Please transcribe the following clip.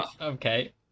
Okay